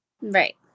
Right